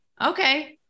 okay